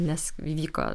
nes įvyko